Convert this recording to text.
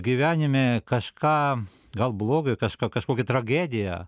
gyvenime kažką gal blogai kažko kažkokia tragedija